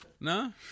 No